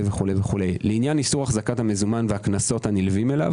לעניין איסור החזקת המזומן והקנסות הנלווים אליו